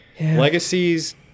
legacies